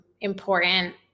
important